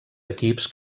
equips